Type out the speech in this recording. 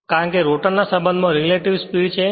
કારણ કે રોટર ના સંબંધમાં રિલેટિવ સ્પીડ છે